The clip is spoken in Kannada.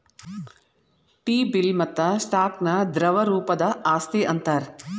ಟಿ ಬಿಲ್ ಮತ್ತ ಸ್ಟಾಕ್ ನ ದ್ರವ ರೂಪದ್ ಆಸ್ತಿ ಅಂತಾರ್